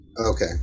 Okay